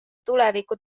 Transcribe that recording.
tuleviku